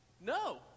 No